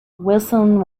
wilson